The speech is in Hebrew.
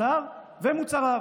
בשר ומוצריו.